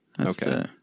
Okay